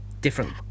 different